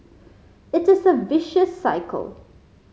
it is a vicious cycle